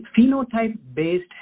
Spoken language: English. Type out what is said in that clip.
phenotype-based